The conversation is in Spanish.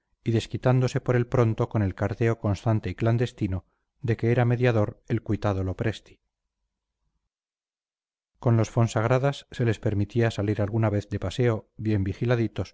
y desquitándose por el pronto con el carteo constante y clandestino de que era mediador el cuitado lopresti con los fonsagradas se les permitía salir alguna vez de paseo bien vigiladitos